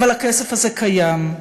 אבל הכסף הזה קיים.